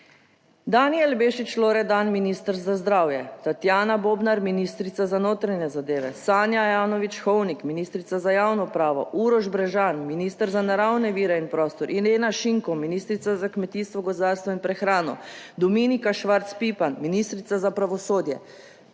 Danijel Bešič Loredan, minister za zdravje, Tatjana Bobnar, ministrica za notranje zadeve, Sanja Ajanović Hovnik, ministrica za javno upravo, Uroš Brežan, minister za naravne vire in prostor, Irena Šinko, ministrica za kmetijstvo, **2. TRAK: (NB) - 9.05** (Nadaljevanje) gozdarstvo in prehrano Dominika Švarc Pipan, ministrica za pravosodje,